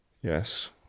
Yes